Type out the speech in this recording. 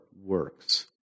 works